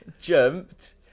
jumped